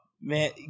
man